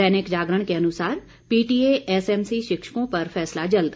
दैनिक जागरण के अनुसार PTA SMC शिक्षकों पर फैसला जल्द